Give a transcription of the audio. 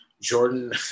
Jordan